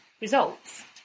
results